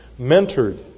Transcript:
mentored